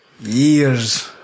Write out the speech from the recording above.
years